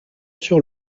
sur